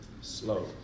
slow